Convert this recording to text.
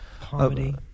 Comedy